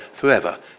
forever